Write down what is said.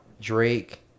Drake